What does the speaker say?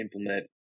implement